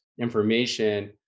information